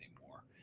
anymore